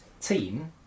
team